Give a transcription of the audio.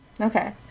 Okay